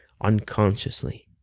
unconsciously